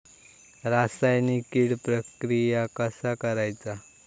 रासायनिक कीड प्रक्रिया कसा करायचा?